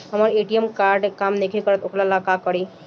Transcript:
हमर ATM card काम नईखे करत वोकरा ला का करी?